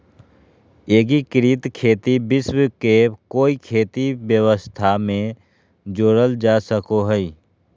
एग्रिकृत खेती विश्व के कोई खेती व्यवस्था में जोड़ल जा सको हइ